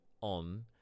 on